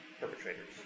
perpetrators